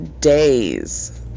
days